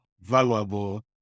valuable